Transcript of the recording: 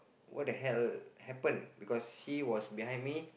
what the hell happen because he was behind me